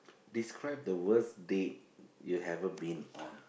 describe the worst date you ever been on